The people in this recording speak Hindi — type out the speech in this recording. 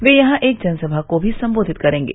वे यहां एक जनसभा को भी संबोधित करेंगे